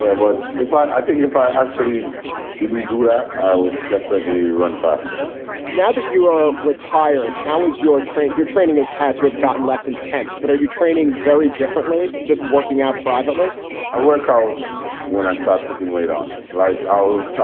ah if i think if i actually didn't do that, i would definitely run faster now that you are retired how is your training? your training has had to have gotten less intense. but are you training very differently? just working out privately i work out when i start putting weight on like, oh,